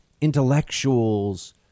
intellectuals